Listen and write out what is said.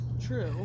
True